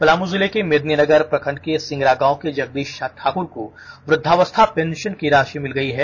पलामू जिले के मेदनीनगर प्रखण्ड के सिंगरागांव के जगदीष ठाकुर को वृद्धावस्था पेंषन की राषि मिल गई है